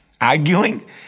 arguing